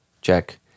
check